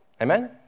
Amen